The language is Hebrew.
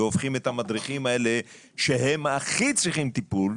והופכים את המדריכים האלה שהם הכי צריכים טיפול,